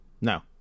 No